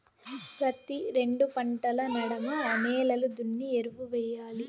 ప్రతి రెండు పంటల నడమ నేలలు దున్ని ఎరువెయ్యాలి